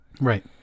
right